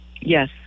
yes